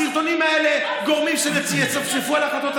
הסרטונים האלה גורמים שיצפצפו על החלטות הממשלה.